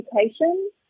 Education